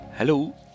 Hello